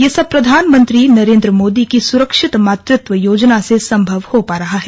यह सब प्रधानमंत्री नरेंद्र मोदी की सुरक्षित मातृत्व योजना से संभव हो पा रहा है